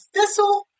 thistle